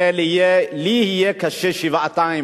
כנראה לי יהיה קשה שבעתיים,